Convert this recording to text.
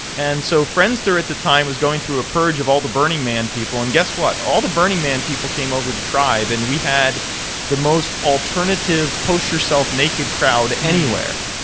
and so friendster at the time was going through a purge of all the burning men people, and guess what? all the burning men people came over to tribe and we had the most alternative post yourself naked crowd anywhere.